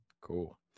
Cool